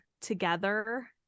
together